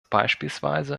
beispielsweise